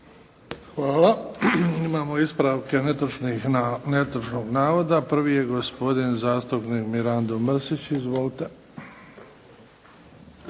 Hvala. Imamo ispravke netočnog navoda. Prvi je gospodin zastupnik Mirando Mrsić. **Mrsić,